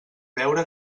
veure